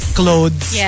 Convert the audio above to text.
clothes